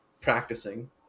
practicing